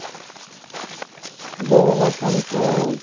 বৌ বসন্ত